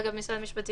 אגב, משרד המשפטים,